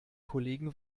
kollegen